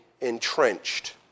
entrenched